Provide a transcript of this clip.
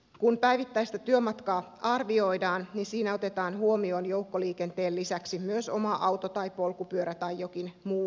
kun päivittäistä työmatkaa arvioidaan siinä otetaan huomioon joukkoliikenteen lisäksi myös oma auto tai polkupyörä tai jokin muu mahdollisuus